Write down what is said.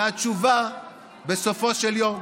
והתשובה בסופו של יום,